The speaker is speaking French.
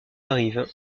arrive